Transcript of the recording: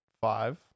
five